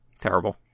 Terrible